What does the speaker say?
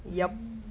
mm